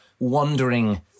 wandering